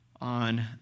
on